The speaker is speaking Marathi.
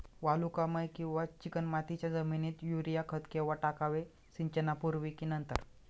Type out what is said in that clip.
वालुकामय किंवा चिकणमातीच्या जमिनीत युरिया खत केव्हा टाकावे, सिंचनापूर्वी की नंतर?